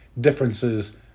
differences